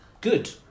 good